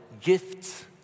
gifts